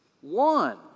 One